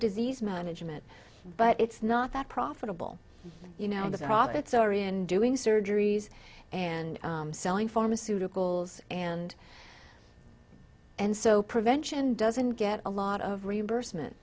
disease management but it's not that profitable you know the profits are in doing surgeries and selling pharmaceuticals and and so prevention doesn't get a lot of reimbursement